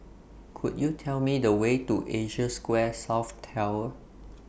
Could YOU Tell Me The Way to Asia Square South Tower